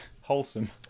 Wholesome